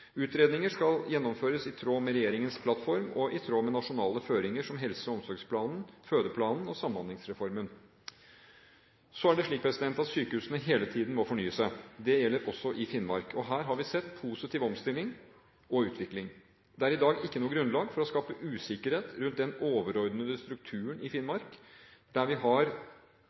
Utredninger skal gjennomføres i tråd med regjeringens plattform og i tråd med nasjonale føringer som helse- og omsorgsplanen, fødeplanen og Samhandlingsreformen. Så er det slik at sykehusene hele tiden må fornye seg. Det gjelder også i Finnmark. Her har vi sett positiv omstilling og utvikling. Det er i dag ikke noe grunnlag for å skape usikkerhet rundt den overordnede strukturen i Finnmark, der vi har